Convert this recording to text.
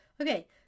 Okay